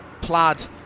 plaid